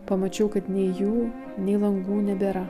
pamačiau kad nei jų nei langų nebėra